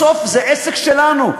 בסוף זה עסק שלנו.